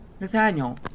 Nathaniel